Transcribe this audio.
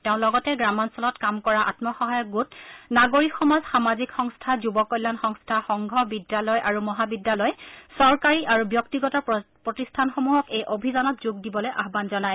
তেওঁ লগতে গ্ৰামাঞলত কাম কৰা আম্ম সহায়ক গোট নাগৰিক সমাজ সামাজিক সংস্থা যুৱ কল্যাণ সংস্থা সংঘ বিদ্যালয় আৰু মহাবিদ্যালয় চৰকাৰী আৰু ব্যক্তিগত প্ৰতিষ্ঠানসমূহক এই অভিযানত যোগ দিবলৈ আহান জনায়